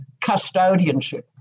custodianship